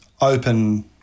open